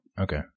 Okay